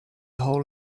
hole